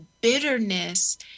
bitterness